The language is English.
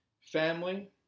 family